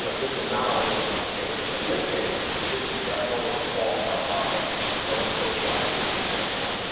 you know this is not always gonna be the case, but in this case, this is definitely a qualified topic from a social activities standpoint.